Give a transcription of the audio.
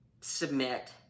submit